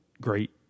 great